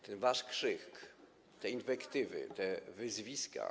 Ten wasz krzyk, te inwektywy, te wyzwiska.